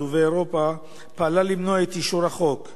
ובאירופה פעלה כדי למנוע את אישור החוק?